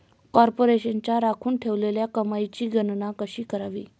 कॉर्पोरेशनच्या राखून ठेवलेल्या कमाईची गणना कशी करावी